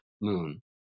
moon